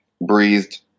breathed